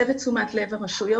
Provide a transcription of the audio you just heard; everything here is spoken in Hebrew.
כפי שאמרתי, מחלקות הנוער ברשויות